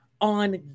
on